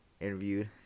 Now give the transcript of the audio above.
interviewed